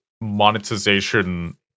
monetization